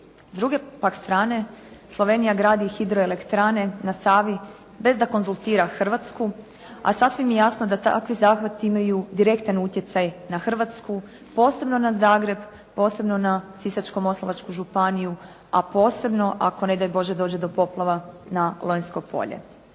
druge pak strane Slovenija gradi hidroelektrane na Savi bez da konzultira Hrvatsku, a sasvim je jasno da takvi zahvati imaju direktan utjecaj na Hrvatsku posebno na Zagreb, posebno na Sisačko-moslavačku županiju a posebno ako ne daj Bože dođe do poplava na Lonjsko Polje.